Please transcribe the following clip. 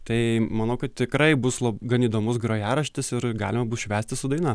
tai manau kad tikrai bus gan įdomus grojaraštis ir galima bus švęsti su daina